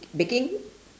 baking